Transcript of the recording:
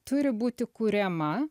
turi būti kuriama